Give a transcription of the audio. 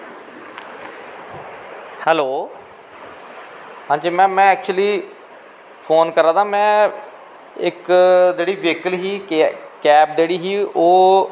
hello में actually phone करा दा इक जेह्ड़ी वेहकल ही कैब जेह्ड़ी ही ओह्